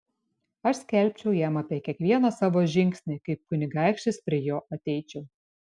aš skelbčiau jam apie kiekvieną savo žingsnį kaip kunigaikštis prie jo ateičiau